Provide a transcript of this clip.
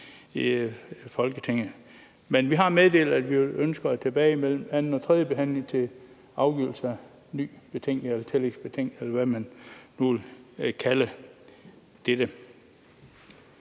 Men vi har meddelt, at vi ønsker det tilbage mellem anden og tredje behandling til afgivelse af ny betænkning eller tillægsbetænkning, eller hvad man nu kalder det.